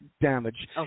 damage